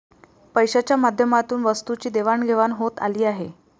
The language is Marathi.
पैशाच्या माध्यमातून वस्तूंची देवाणघेवाण होत आली आहे